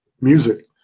music